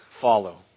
follow